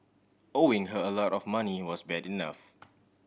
owing her a lot of money was bad enough